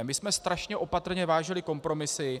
My jsme strašně opatrně vážili kompromisy.